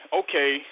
okay